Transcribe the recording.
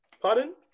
Pardon